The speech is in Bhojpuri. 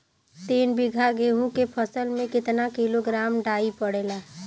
तीन बिघा गेहूँ के फसल मे कितना किलोग्राम डाई पड़ेला?